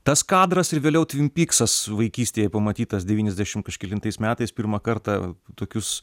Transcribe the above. tas kadras ir vėliau tvin pyksas vaikystėje pamatytas devyniasdešimt kažkelintais metais pirmą kartą tokius